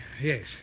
Yes